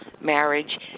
marriage